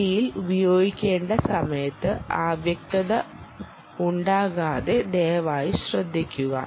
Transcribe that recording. ഇന്ത്യയിൽ ഉപയോഗിക്കേണ്ട സമയത്ത് അവ്യക്തത ഉണ്ടാകാതെ ദയവായി ശ്രദ്ധിക്കുക